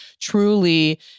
truly